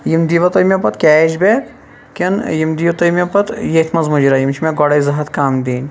یِم دیٖوا تُہۍ مےٚ پَتہٕ کیش بیک کنہ یِم دِیِو تُہۍ مےٚ پَتہٕ یٕتھۍ مَنٛز مُجراہ یِم چھِ مےٚ گۄڈے زٕ ہَتھ کَم دِنۍ